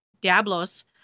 Diablos